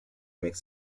makes